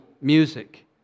music